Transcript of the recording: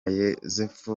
yozefu